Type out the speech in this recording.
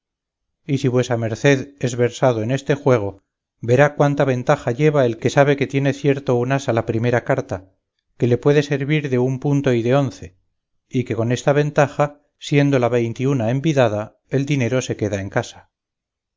si vuesa merced es versado en este juego verá cuánta ventaja lleva el que sabe que tiene cierto un as a la primera carta que le puede servir de un punto y de once que con esta ventaja siendo la veintiuna envidada el dinero se queda en casa